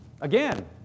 Again